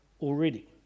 already